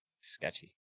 sketchy